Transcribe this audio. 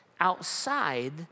outside